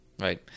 right